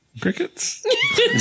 Crickets